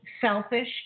selfish